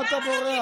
מה אתה בורח?